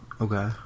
okay